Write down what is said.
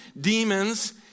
demons